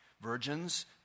Virgins